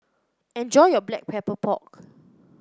enjoy your Black Pepper Pork